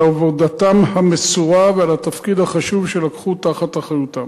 על עבודתם המסורה ועל התפקיד החשוב שלקחו תחת אחריותם.